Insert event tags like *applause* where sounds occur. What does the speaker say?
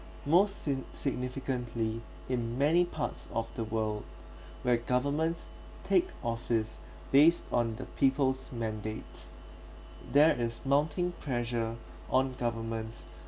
most sig~ significantly in many parts of the world *breath* where governments take office based on the people's mandate there is mounting pressure on governments